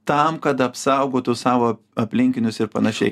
tam kad apsaugotų savo aplinkinius ir panašiai